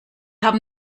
haben